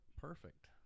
Perfect